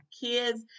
kids